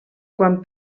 quan